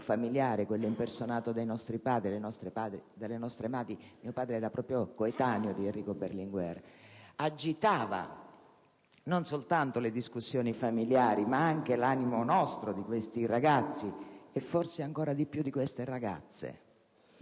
impersonato dai nostri padri e dalle nostre madri (mio padre era proprio coetaneo di Berlinguer) agitava non soltanto le discussioni familiari, ma anche il nostro animo, l'animo di quei ragazzi, e forse ancor di più di quelle ragazze,